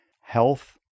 health